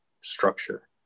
structure